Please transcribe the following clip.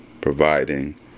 providing